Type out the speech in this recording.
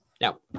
Now